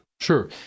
Sure